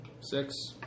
Six